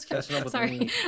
Sorry